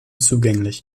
zugänglich